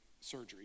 surgery